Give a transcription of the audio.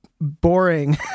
boring